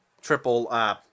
triple